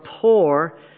poor